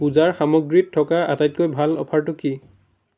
পূজাৰ সামগ্ৰীত থকা আটাইতকৈ ভাল অফাৰটো কি